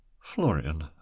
Florian